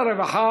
להודיעכם,